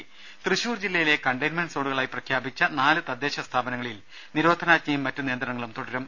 രുഭ തൃശൂർ ജില്ലയിലെ കണ്ടയ്ൻമെന്റ് സോണുകളായി പ്രഖ്യാപിച്ച തദ്ദേശസ്ഥാപനങ്ങളിൽ നിരോധനാജ്ഞയും നാല് മറ്റു നിയന്ത്രണങ്ങളും തുടരും